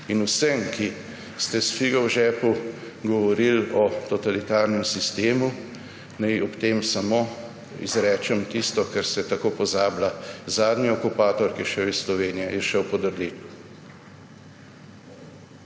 Vsem, ki ste s figo v žepu govorili o totalitarnem sistemu, naj ob tem samo izrečem tisto, kar se tako pozablja: zadnji okupator, ki je šel iz Slovenije, je šel pod rdečo